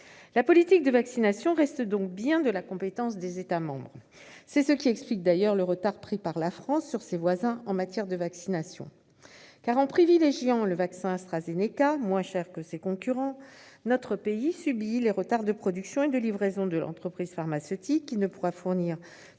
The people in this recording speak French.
La politique de vaccination reste donc bien de la compétence des États membres. C'est ce qui explique, d'ailleurs, le retard pris par la France sur ses voisins en matière de vaccination. En privilégiant le vaccin AstraZeneca, moins cher que ses concurrents, notre pays subit les retards de production et de livraison de l'entreprise pharmaceutique, qui ne pourra fournir